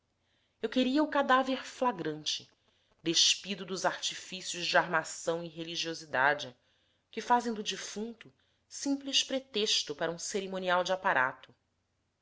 eu queria o cadáver flagrante despido dos artifícios de armação e religiosidade que fazem do defunto simples pretexto para um cerimonial de aparato